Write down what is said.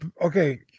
Okay